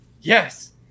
yes